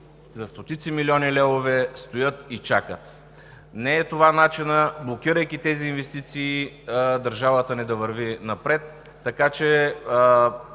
за стотици милиони левове, стоят и чакат. Не е това начинът – блокирайки тези инвестиции, държавата ни да върви напред.